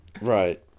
Right